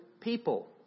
people